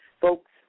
Folks